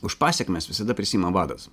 už pasekmes visada prisiima vadas